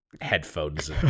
Headphones